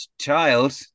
child